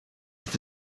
ist